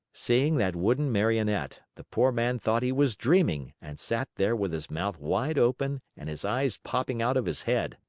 seeing that wooden marionette, the poor man thought he was dreaming and sat there with his mouth wide open and his eyes popping out of his head.